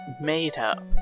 made-up